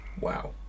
Wow